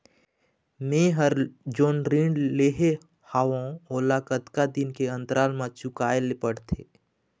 मैं हर जोन ऋण लेहे हाओ ओला कतका दिन के अंतराल मा चुकाए ले पड़ते?